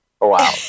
wow